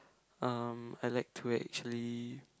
um I like to actually